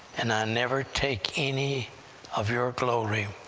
and i never take any of your glory.